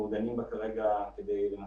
אנחנו נמסור כרגע דיווח